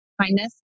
kindness